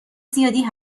زیادی